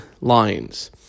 lines